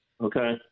Okay